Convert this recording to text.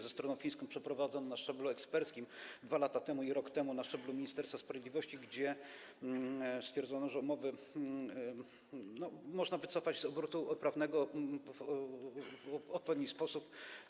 Ze stroną fińską przeprowadzono je na szczeblu eksperckim 2 lata temu i rok temu na szczeblu ministerstw sprawiedliwości i stwierdzono, że można wycofać to z obrotu prawnego w odpowiedni sposób.